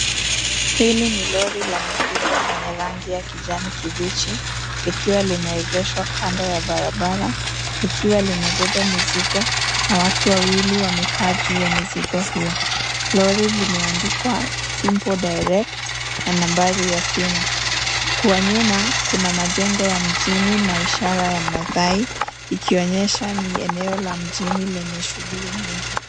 Hili ni lori la mizingo lenye rangi ya kijani kibichi likiwa limeegeshwa kando ya barabara likiwa limebeba mizigo na watu wawili wamekaa kando ya mizigo hiyo. Lori limeadikwa Simple Direct na nambari ya simu kwa nyuma kuna majengo ya mjini na ishara ya madhai ikionyesha ni eneo la mjini lenye shughuli nyingi.